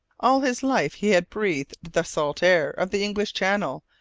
all his life he had breathed the salt air of the english channel,